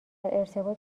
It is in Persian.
ارتباط